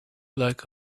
like